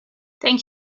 thank